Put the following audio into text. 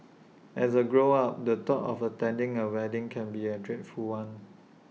as A grown up the thought of attending A wedding can be A dreadful one